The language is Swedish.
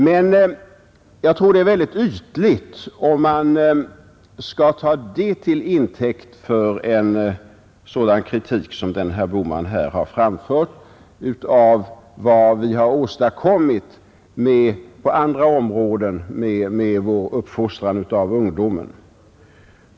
Men det är väldigt ytligt att begagna det som intäkt för den kritik som herr Bohman här har framfört mot vad vi har åstadkommit på andra områden med vår uppfostran av ungdomen.